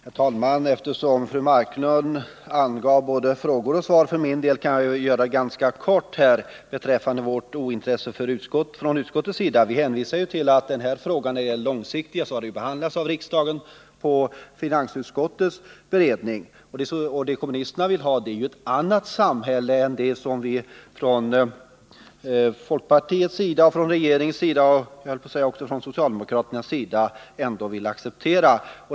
Herr talman! Eftersom fru Marklund angav både frågor och svar för min del kan jag göra en ganska kort kommentar beträffande vårt ”ointresse” från utskottets sida. Vi hänvisar till att frågan är långsiktig och att den behandlats av riksdagen efter beredning av finansutskottet. Och kommunisterna vill ju ha ett annat samhälle än det som vi från folkpartiets och regeringens sida och jag höll på att säga också från socialdemokraternas sida vill acceptera.